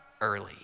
early